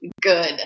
good